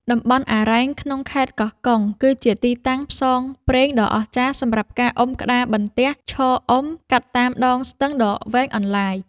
តំបន់អារ៉ែងក្នុងខេត្តកោះកុង គឺជាទីតាំងផ្សងព្រេងដ៏អស្ចារ្យសម្រាប់ការអុំក្តារបន្ទះឈរអុំ កាត់តាមដងស្ទឹងដ៏វែងអន្លាយ។